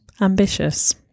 ambitious